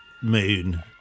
moon